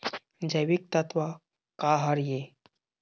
जैविकतत्व का हर ए?